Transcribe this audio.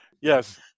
Yes